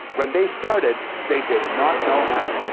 when they started, they did not know how.